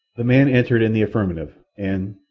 the man answered in the affirmative, and,